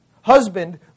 Husband